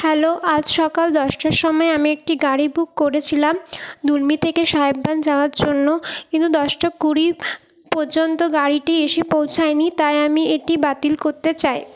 hello আজ সকাল দশটার সময় আমি একটি গাড়ি বুক করেছিলাম দুলমী থেকে সাহেববাঁধ যাওয়ার জন্য কিন্তু দশটা কুড়ি পর্যন্ত গাড়িটি এসে পৌঁছায়নি তাই আমি এটি বাতিল করতে চাই